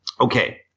Okay